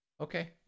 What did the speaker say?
Okay